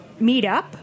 meetup